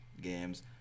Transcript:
games